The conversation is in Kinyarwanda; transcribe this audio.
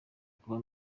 kuba